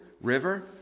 River